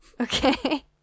Okay